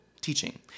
teaching